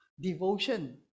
devotion